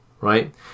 right